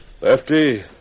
Lefty